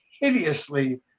hideously